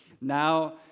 Now